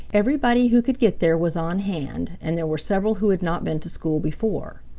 everybody who could get there was on hand, and there were several who had not been to school before.